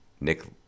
Nick